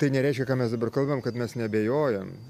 tai nereiškia ką mes dabar kalbam kad mes neabejojam